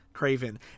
craven